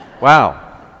Wow